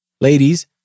ladies